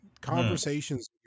conversations